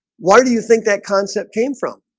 why do you think that concept came from?